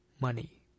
money